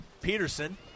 Peterson